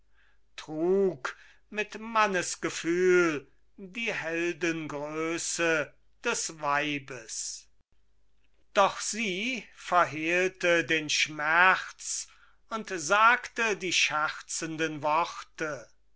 trug mit mannesgefühl die heldengröße des weibes doch sie verhehlte den schmerz und sagte die scherzenden worte